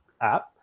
app